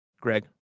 Greg